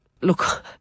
Look